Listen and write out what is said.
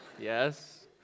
Yes